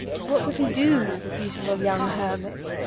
what does he do, the beautiful young hermit?